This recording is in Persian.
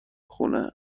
خونه